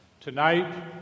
Tonight